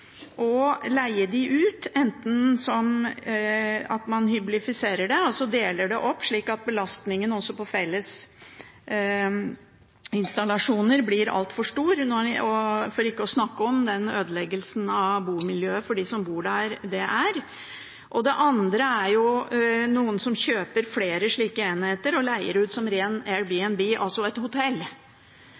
og leie dem ut, enten ved at man hyblifiserer – altså deler enheter opp slik at belastningen på fellesinstallasjoner blir altfor stor, for ikke å snakke om ødeleggelsen av bomiljøet for dem som bor der – eller ved at man kjøper flere slike enheter og leier dem ut som ren Airbnb, altså et hotell.